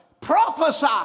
Prophesy